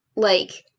like,